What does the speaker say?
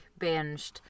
binged